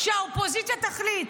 שהאופוזיציה תחליט.